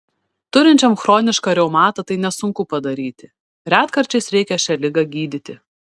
turinčiam chronišką reumatą tai nesunku padaryti retkarčiais reikia šią ligą gydyti